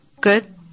Good